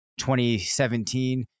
2017